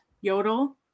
Yodel